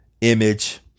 image